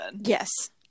yes